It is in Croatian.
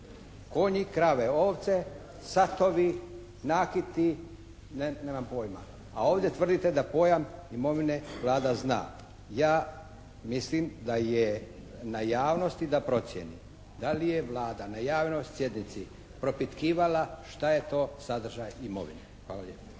konji, krave, ovce, satovi, nakiti, nemam pojma, a ovdje tvrdite da pojam imovine Vlada zna. Ja mislim da je na javnosti da procijeni da li je Vlada na javnoj sjednici propitkivala šta je to sadržaj imovine. Hvala lijepa.